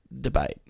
debate